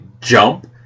jump